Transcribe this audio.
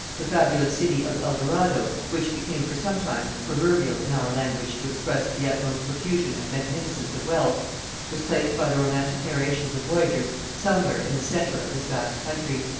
the fabulous city of el dorado which became for some time proverbial in our language to express the utmost profusion and magnificence of wealth was placed by the romantic narrations of voyagers somewhere in the centre of this vast country,